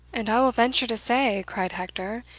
and i will venture to say, cried hector,